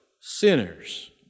sinners